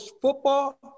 football